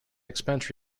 expense